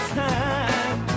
time